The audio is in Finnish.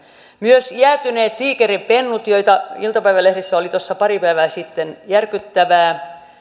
myös jäätyneet tiikerinpennut joita iltapäivälehdissä oli pari päivää sitten järkyttävää